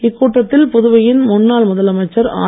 இக்கூட்டத்தில் புதுவையின் முன்னாள் முதலமைச்சர் ஆர்